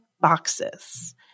Boxes